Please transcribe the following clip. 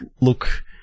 look